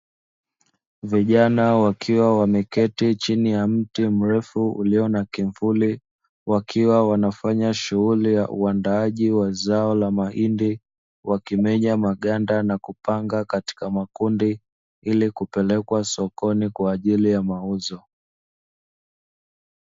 Vijana wakiwa wameketi chini ya mti mrefu ulio na kivuli, wakiwa wanafanya shughuli ya uandaaji wa zao la mahindi, wakimenya maganda na kupanga katika makundi ili kupelekwa sokoni kwa ajili ya mauzo.